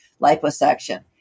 liposuction